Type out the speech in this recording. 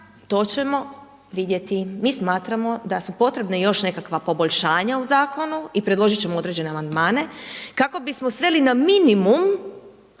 to ćemo vidjeti. Mi smatramo da su potrebna još nekakva poboljšanja u zakonu i predložit ćemo određene amandmane kako bismo sveli na minimum